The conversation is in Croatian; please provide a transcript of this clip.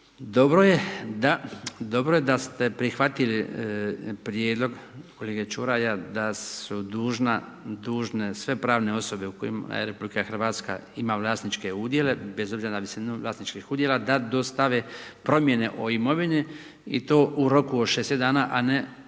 dobro je da ste prihvatili prijedlog kolege Čuraja, da su dužna, dužne sve pravne osobe u kojima je RH ima vlasničke udjele, bez obzira na visinu vlasničkih udjela da dostave promjene o imovini i to u roku od 60 dana, a ne 30